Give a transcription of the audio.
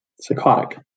psychotic